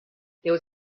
there